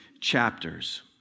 chapters